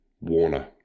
Warner